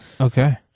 Okay